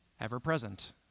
ever-present